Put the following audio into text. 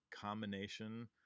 combination